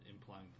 implying